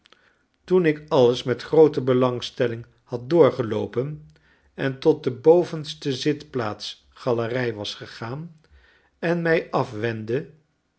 toen ik alles met groote belangstelling had doorgeloopen en tot de bovenste zitplaatsgalerij was gegaan en mij afwendende